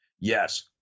Yes